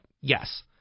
Yes